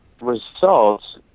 results